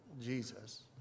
Jesus